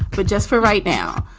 but just for right now.